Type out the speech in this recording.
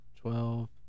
twelve